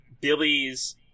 Billy's